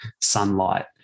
sunlight